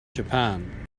japan